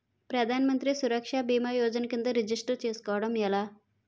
ప్రధాన మంత్రి సురక్ష భీమా యోజన కిందా రిజిస్టర్ చేసుకోవటం ఎలా?